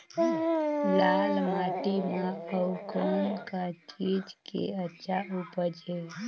लाल माटी म अउ कौन का चीज के अच्छा उपज है?